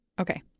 Okay